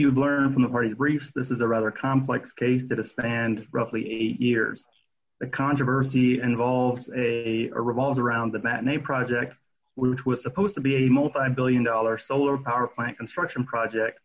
you've learned from the parties brief this is a rather complex case that a stand roughly eight years the controversy and evolves a or revolves around the matine project which was supposed to be a multibillion dollar solar power plant construction project